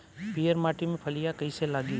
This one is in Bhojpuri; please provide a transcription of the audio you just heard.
पीयर माटी में फलियां कइसे लागी?